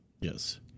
Yes